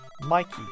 Mikey